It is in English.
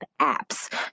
apps